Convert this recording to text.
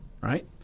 right